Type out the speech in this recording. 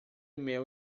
mel